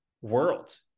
world